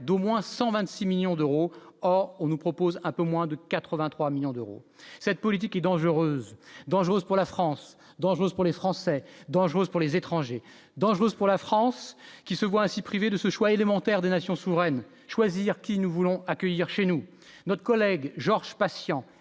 d'au moins 126 millions d'euros, or on nous propose un peu moins de 83 millions d'euros, cette politique est dangereuse, dangereuse pour la France, dangereuse pour les Français, dangereuse pour les étrangers, dangereuse pour la France, qui se voit ainsi privé de ce choix élémentaires des nations souveraines choisir qui nous voulons accueillir chez nous, notre collègue Georges Patient